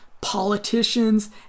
politicians